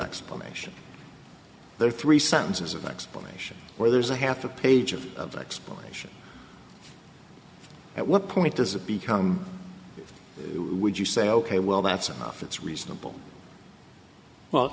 explanation there three sentences of explanation where there's a half a page of of explanation at what point does it become would you say ok well that's enough it's reasonable well